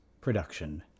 production